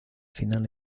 final